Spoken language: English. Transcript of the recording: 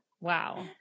Wow